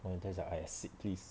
no in the end sia I acid please